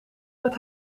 met